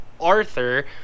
arthur